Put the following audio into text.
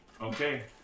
Okay